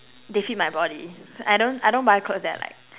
they fit my body I don't I don't buy clothes that like